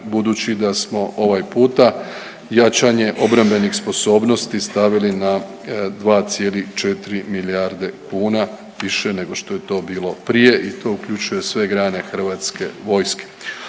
budući da smo ovaj puta jačanje obrambenih sposobnosti stavili na 2,4 milijardi kuna više nego što je to bilo prije i to uključuje sve grane hrvatske vojske.